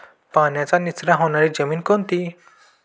पाण्याचा निचरा होणारी जमीन कोणती?